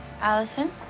Allison